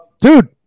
dude